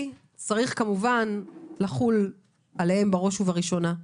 צריך כמובן לחול עליהם בראש ובראשונה.